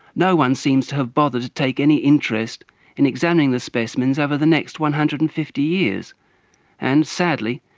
no one seems to have bothered to take any interest in examining the specimens over the next one hundred and fifty years and, sadly,